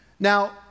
Now